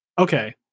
okay